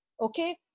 okay